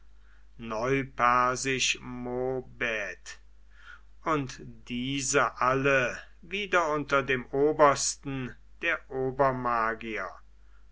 neupersisch mobedh und diese alle wieder unter dem obersten der